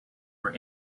were